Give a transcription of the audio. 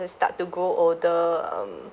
I start to grow older um